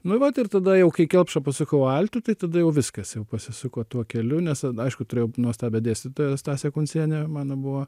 nu vat ir tada jau kai į kelpšą pasukau altu tai tada jau viskas jau pasisuko tuo keliu nes aišku turėjau nuostabią dėstytoją stasę kuncienę mano buvo